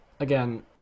Again